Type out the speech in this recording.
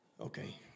Okay